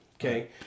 okay